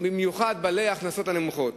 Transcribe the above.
שהוא בעיקר בעלי ההכנסות הנמוכות.